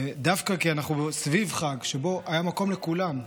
דווקא כי אנחנו סביב חג שבו היה מקום לכולם,